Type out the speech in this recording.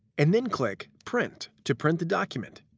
and then click print to print the document.